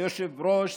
היושב-ראש,